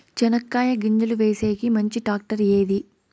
చెనక్కాయ గింజలు వేసేకి మంచి టాక్టర్ ఏది?